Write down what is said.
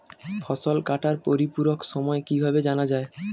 ফসল কাটার পরিপূরক সময় কিভাবে জানা যায়?